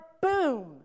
boom